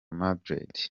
madrid